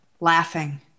laughing